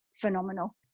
phenomenal